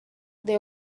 they